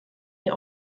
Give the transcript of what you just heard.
ihr